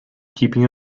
keeping